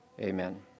amen